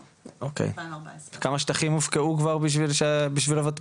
2014. אוקיי וכמה שטחים הופקעו כבר בשביל הוותמ"ל?